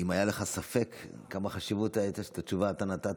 אם היה לך ספק כמה חשיבות הייתה שאת התשובה אתה נתת,